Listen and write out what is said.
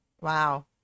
Wow